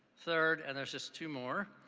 third and there's just two more.